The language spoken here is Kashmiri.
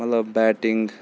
مطلب بیٹِنٛگ